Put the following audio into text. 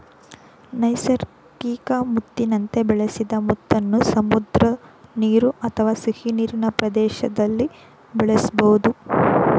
ನೈಸರ್ಗಿಕ ಮುತ್ತಿನಂತೆ ಬೆಳೆಸಿದ ಮುತ್ತನ್ನು ಸಮುದ್ರ ನೀರು ಅಥವಾ ಸಿಹಿನೀರಿನ ಪ್ರದೇಶ್ದಲ್ಲಿ ಬೆಳೆಸ್ಬೋದು